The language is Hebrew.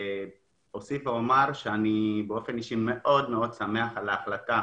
אוסיף ואומר שאני באופן אישי מאוד מאוד שמח על ההחלטה